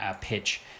pitch